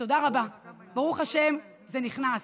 ותודה רבה, ברוך השם, זה נכנס.